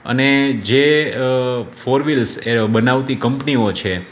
અને જે ફોરવિલ્સ એ બનાવતી કંપનીઓ છે